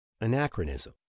Anachronism